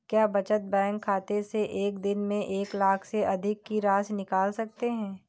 क्या बचत बैंक खाते से एक दिन में एक लाख से अधिक की राशि निकाल सकते हैं?